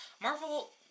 Marvel